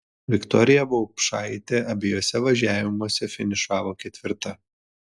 viktorija vaupšaitė abiejuose važiavimuose finišavo ketvirta